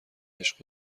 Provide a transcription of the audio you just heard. عشق